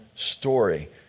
Story